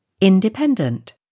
independent